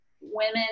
women